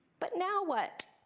but now what?